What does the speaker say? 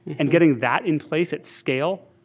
and getting that in place, its scale,